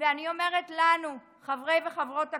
ואני אומרת לנו, חברי וחברות הכנסת: